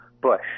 Bush